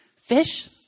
fish